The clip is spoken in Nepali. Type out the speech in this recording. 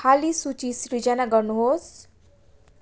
खाली सूची सिर्जना गर्नुहोस्